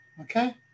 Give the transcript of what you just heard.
okay